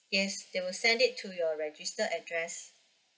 yes they will send it to your registered address